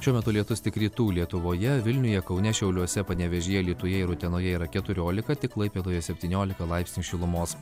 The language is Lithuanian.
šiuo metu lietus tik rytų lietuvoje vilniuje kaune šiauliuose panevėžyje alytuje ir utenoje yra keturiolika tik klaipėdoje septyniolika laipsnių šilumos